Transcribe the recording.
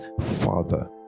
father